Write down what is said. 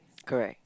correct